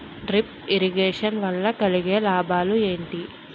Drip irrigation వల్ల కలిగే లాభాలు ఏంటి?